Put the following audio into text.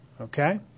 Okay